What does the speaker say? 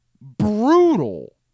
brutal